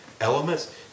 elements